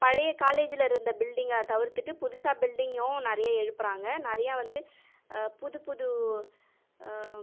பழைய காலேஜில் இருந்த பில்டிங்கை தவிர்த்துட்டு புதுசாக பில்டிங்கும் நிறைய எழுப்புகிறாங்க நிறைய வந்து புதுப்புது